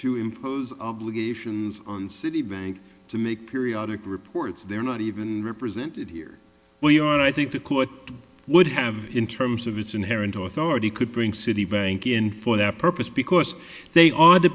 to impose obligations on citibank to make periodic reports they're not even represented here well you know i think the court would have in terms of its inherent authority could bring citibank in for that purpose because they are the